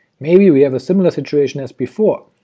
maybe we have a similar situation as before,